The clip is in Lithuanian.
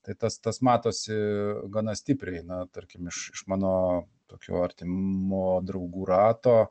tai tas tas matosi gana stipriai na tarkim iš iš mano tokio artimo draugų rato